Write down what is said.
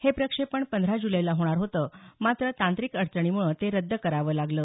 हे प्रक्षेपण पंधरा जुलैला होणार होतं मात्र तांत्रिक अडचणीमुळ ते रद्द कराव लागल